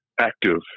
active